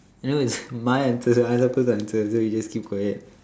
no it's my answers you are not supposed to answer so you just keep quiet